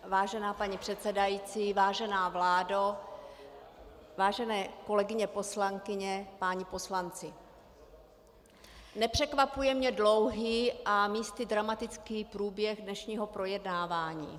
Vážená paní předsedající, vážená vládo, vážené kolegyně poslankyně, páni poslanci, nepřekvapuje mě dlouhý a místy dramatický průběh dnešního projednávání.